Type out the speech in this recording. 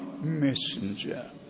messenger